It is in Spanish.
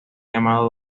llamado